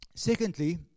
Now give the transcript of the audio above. Secondly